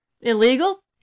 Illegal